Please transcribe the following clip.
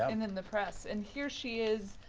and in the press, and here she is,